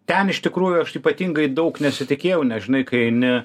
ten iš tikrųjų aš ypatingai daug nesitikėjau nes žinai kai eini